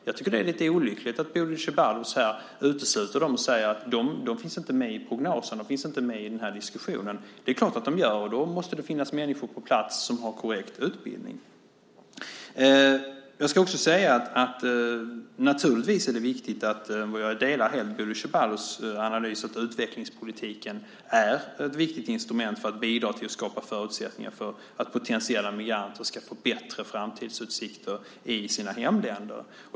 Jag tycker att det är lite olyckligt att Bodil Ceballos utesluter dem och säger att de inte finns med i prognosen, att de inte finns med i diskussionen. Det är klart att de gör det. Då måste det finnas människor på plats som har korrekt utbildning. Naturligtvis är det riktigt, jag delar helt Bodil Ceballos analys, att utvecklingspolitiken är ett viktigt instrument för att bidra till att skapa förutsättningar för att potentiella migranter ska få bättre framtidsutsikter i sina hemländer.